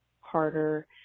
harder